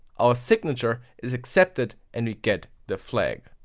our signature is accepted and we get the flag.